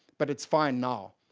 but it's fine now.